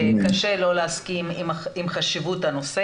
קשה לא להסכים עם חשיבות הנושא,